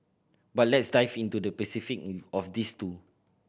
but let's dive into the specific in of these two